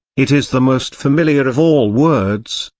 it is the most familiar of all words,